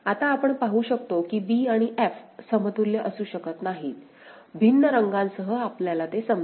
आता आपण पाहू शकतो की b आणि f समतुल्य असू शकत नाहीत भिन्न रंगांसह आपल्याला सहज समजेल